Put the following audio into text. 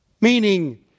Meaning